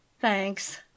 Thanks